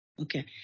Okay